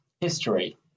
history